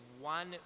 one